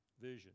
vision